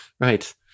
Right